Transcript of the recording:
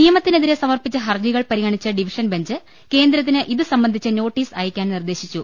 നിയമത്തിനെ തിരെ സമർപ്പിച്ച ഹർജികൾ പരിഗണിച്ച ഡിവിഷൻ ബെഞ്ച് കേന്ദ്ര ത്തിന് ഇതുസംബന്ധിച്ച നോട്ടീസ് അയക്കാൻ നിർദേശിച്ചു